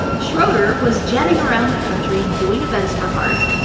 schroeder was jetting around the country doing events for hart,